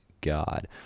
god